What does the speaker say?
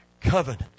covenant